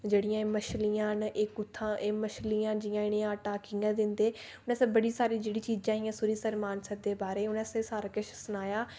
जेड़ियां मछलियां न एह् कुत्थां एह् मछलियां जि'यां इ'नेंगी आटा कि'यां दिंदे बैसे बड़ी सारी जेहड़ियां चीजां हियां सरूईंसर मानसर दे बारे ओह्दे आस्तै सारा किश सनाया